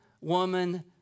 woman